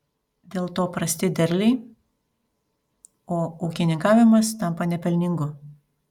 dėl to prasti derliai o ūkininkavimas tampa nepelningu